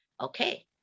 Okay